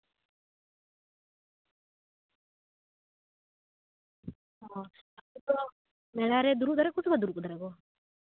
ᱦᱮᱸ ᱟᱫᱚ ᱩᱱᱠᱩ ᱫᱚ ᱢᱮᱞᱟ ᱨᱮ ᱫᱩᱲᱩᱵ ᱫᱟᱲᱮᱭᱟᱜᱼᱟ ᱠᱚ ᱥᱮ ᱵᱟᱠᱚ ᱫᱩᱲᱩᱵ ᱫᱟᱲᱮᱭᱟᱜᱼᱟ